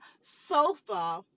sofa